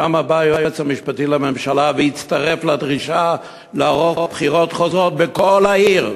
שם בא היועץ המשפטי לממשלה והצטרף לדרישה לעשות בחירות חוזרות בכל העיר.